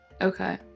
Okay